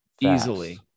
easily